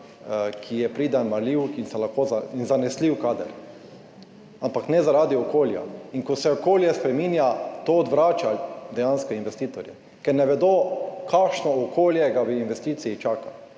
ki je priden, marljiv in zanesljiv kader, ampak ne zaradi okolja. In ko se okolje spreminja, to dejansko odvrača investitorje, ker ne vedo, kakšno okolje ga v investiciji čaka.